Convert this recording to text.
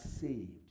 saved